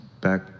back